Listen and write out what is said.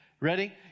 Ready